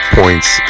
points